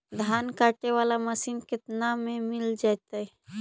धान काटे वाला मशीन केतना में मिल जैतै?